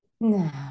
Now